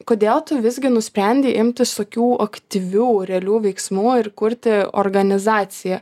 kodėl tu visgi nusprendei imtis tokių aktyvių realių veiksmų ir kurti organizaciją